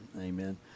Amen